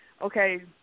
okay